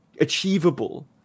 achievable